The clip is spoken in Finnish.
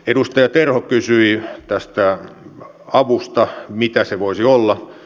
edustaja terho kysyi tästä avusta mitä se voisi olla